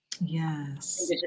Yes